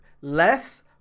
less